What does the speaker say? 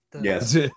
Yes